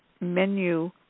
menu